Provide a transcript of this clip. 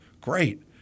Great